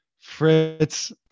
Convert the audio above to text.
Fritz